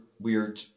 Weird